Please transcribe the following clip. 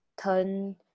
turn